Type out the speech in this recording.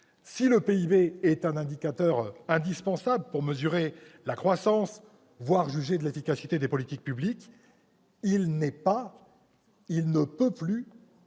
Si le PIB est un indicateur indispensable pour mesurer la croissance, voire pour juger de l'efficacité des politiques publiques, il n'est pas, il ne peut plus